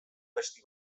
abesti